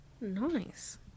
Nice